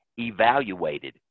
evaluated